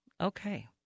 Okay